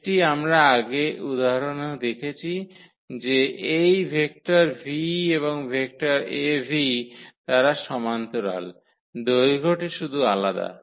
এটি আমরা আগে উদাহরনেও দেখেছি যে এই ভেক্টর v এবং ভেক্টর Av তারা সমান্তরাল দৈর্ঘ্যটি শুধু আলাদা